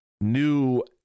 new